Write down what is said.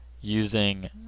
using